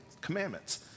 commandments